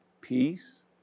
peace